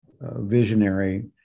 visionary